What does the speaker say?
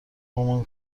مامان